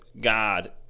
God